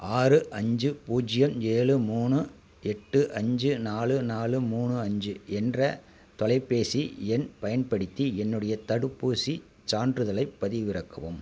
ஆறு அஞ்சு பூஜ்ஜியம் ஏழு மூணு எட்டு அஞ்சு நாலு நாலு மூணு அஞ்சு என்ற தொலைப்பேசி எண் பயன்படுத்தி என்னுடைய தடுப்பூசிச் சான்றிதலைப் பதிவிறக்கவும்